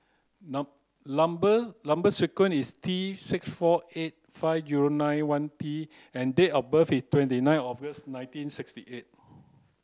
number number sequence is T six four eight five zero nine one T and date of birth is twenty nine August nineteen sixty eight